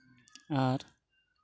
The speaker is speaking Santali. ᱟᱨ